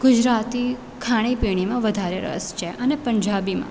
ગુજરાતી ખાણી પીણીમાં વધારે રસ છે અને પંજાબીમાં